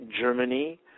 Germany